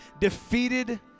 defeated